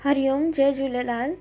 हरि ओम जय झूलेलाल